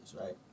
right